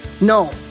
No